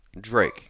Drake